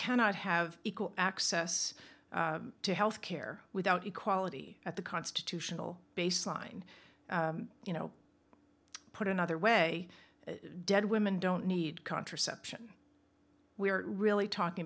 cannot have equal access to health care without equality at the constitutional baseline you know put another way dead women don't need contraception we're really talking